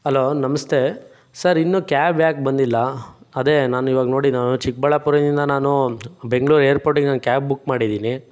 hello ನಮಸ್ತೇ sir ಇನ್ನೂ cab ಯಾಕೆ ಬಂದಿಲ್ಲ ಅದೇ ನಾನಿವಾಗ ನೋಡಿ ನಾನು ಚಿಕ್ಕಬಳ್ಳಾಪುರದಿಂದ ನಾನು ಬೆಂಗ್ಳೂರು ಏರ್ಪೋರ್ಟಿಗೆ ನಂಗೆ ಕ್ಯಾಬ್ ಬುಕ್ ಮಾಡಿದ್ದೀನಿ